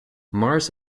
mars